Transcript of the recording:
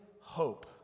Hope